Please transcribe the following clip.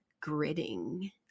gritting